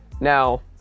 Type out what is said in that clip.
Now